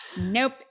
nope